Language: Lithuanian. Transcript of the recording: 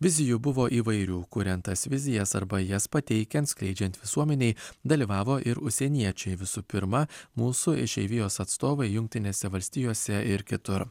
vizijų buvo įvairių kuriant tas vizijas arba jas pateikiant skleidžiant visuomenei dalyvavo ir užsieniečiai visų pirma mūsų išeivijos atstovai jungtinėse valstijose ir kitur